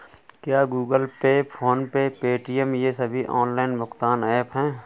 क्या Google Pay PhonePe Paytm ये सभी ऑनलाइन भुगतान ऐप हैं?